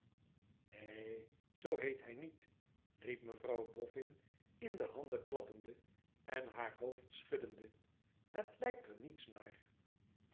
neen zoo heet hij niet riep mevrouw boffin inde handen klappende en haar hoofd schuddende het lijkt er niets naar